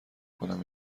کنم